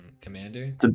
commander